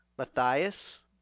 Matthias